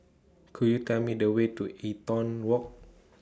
Could YOU Tell Me The Way to Eaton Walk